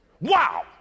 Wow